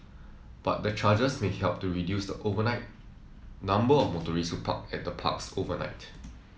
but the charges may help to reduce the overnight number of motorists who park at the parks overnight